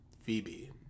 phoebe